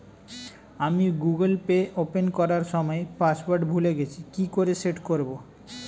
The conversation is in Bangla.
আমি গুগোল পে ওপেন করার সময় পাসওয়ার্ড ভুলে গেছি কি করে সেট করব?